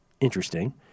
interesting